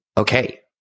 okay